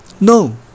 No